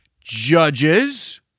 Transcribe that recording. Judges